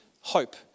hope